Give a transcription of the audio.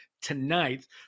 Tonight